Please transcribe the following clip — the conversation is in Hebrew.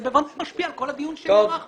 זה משפיע על כל הדיון שמתקיים כאן.